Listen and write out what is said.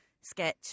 sketch